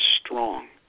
strong